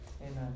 Amen